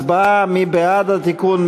הצבעה מי בעד התיקון?